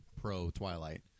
pro-Twilight